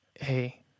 hey